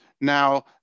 now